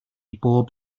bob